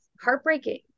heartbreaking